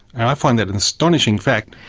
and i find that an astonishing fact.